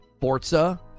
Forza